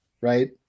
right